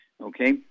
Okay